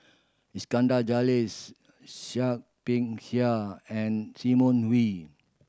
Iskandar Seah Peck Seah and Simon Wee